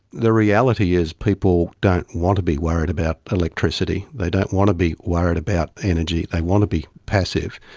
the reality is people don't want to be worried about electricity. they don't want to be worried about energy. they want to be passive.